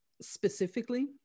specifically